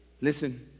Listen